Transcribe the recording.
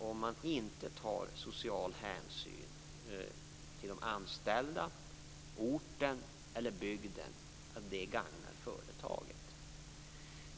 Om man inte tar social hänsyn till de anställda, orten eller bygden är jag inte övertygad om att det gagnar företaget.